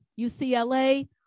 UCLA